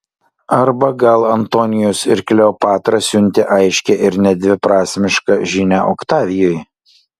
arba gal antonijus ir kleopatra siuntė aiškią ir nedviprasmišką žinią oktavijui